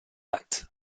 hat